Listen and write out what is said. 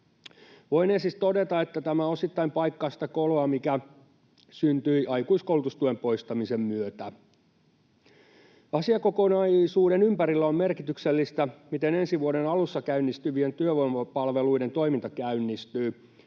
Voinee siis todeta, että tämä osittain paikkaa sitä koloa, mikä syntyi aikuiskoulutustuen poistamisen myötä. Asiakokonaisuuden ympärillä on merkityksellistä, miten ensi vuoden alussa käynnistyvien työvoimapalveluiden toiminta käynnistyy,